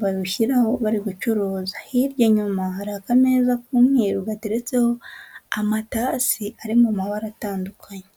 barushyiraho bari gucuruza, hirya nyuma hari akameza k'umweru gateretseho amatasi ari mu mabara atandukanye.